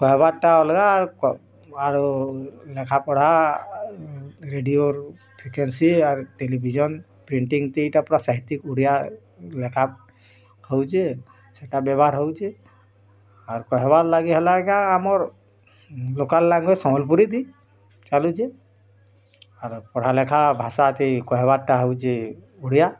କହିବାର୍ଟା ଅଲଗା ଆରୁ ଲେଖା ପଢ଼ା ରେଡ଼ିଓରୁ ଫ୍ରିକ୍ୟେନ୍ସି ଆର୍ ଟେଲିଭିଜନ୍ ପେଣ୍ଟିଙ୍ଗ୍ ଦୁଇଟା ପୁରା ସାହିତିକ୍ ଓଡ଼ିଆ ଲେଖା ହଉଛେ ସେଟା ବ୍ୟବହାର ହଉଛେ ଆର କହିବାର୍ ଲାଗି ହେଲା କାଁ ଆମର୍ ଲୋକାଲ୍ ଲାଙ୍ଗୁଏଜ୍ ସମ୍ବଲପୁରୀ ଥି ଚାଲୁଛେ ଆର ପଢ଼ା ଲେଖା ଭାଷା ଥି କହିବାର୍ଟା ହେଉଛି ଓଡ଼ିଆ